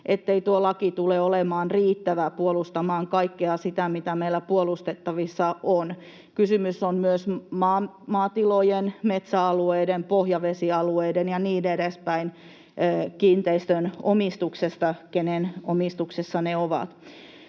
ettei tuo laki tule olemaan riittävä puolustamaan kaikkea sitä, mitä meillä puolustettavissa on. Kysymys on myös maatilojen, metsäalueiden, pohjavesialueiden ja niin edespäin kiinteistöjen omistuksesta, siitä, kenen omistuksessa ne ovat.